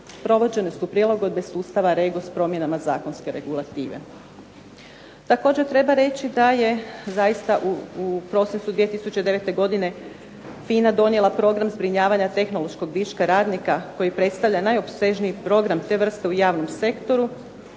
provođene su prilagodbe sustava REGOS promjenama zakonske regulative. Također treba reći da je zaista u prosincu 2009. godine FINA donijela program zbrinjavanja tehnološkog viška radnika koji predstavlja najopsežniji program te vrste u javnom sektoru